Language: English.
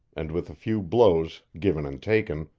and with a few blows given and taken,